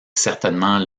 certainement